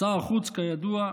שר החוץ, כידוע,